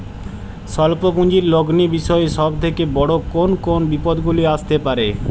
স্বল্প পুঁজির লগ্নি বিষয়ে সব থেকে বড় কোন কোন বিপদগুলি আসতে পারে?